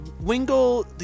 wingle